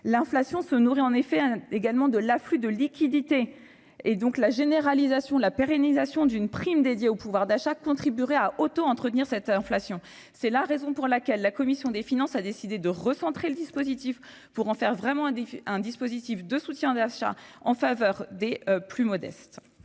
L'inflation se nourrit également de l'afflux de liquidités. À cet égard, la généralisation et la pérennisation d'une prime centrée sur le pouvoir d'achat contribueraient à autoentretenir l'inflation. C'est la raison pour laquelle la commission des finances a décidé de recentrer le dispositif pour en faire un véritable dispositif de soutien au pouvoir d'achat des plus modestes.